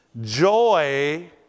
joy